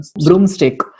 broomstick